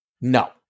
No